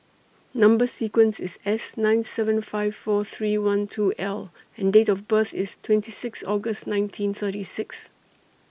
Number sequence IS S nine seven five four three one two L and Date of birth IS twenty six August nineteen thirty six